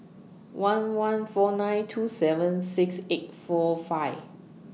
one one four nine two seven six eight four five